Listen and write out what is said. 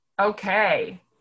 Okay